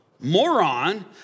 Moron